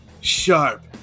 sharp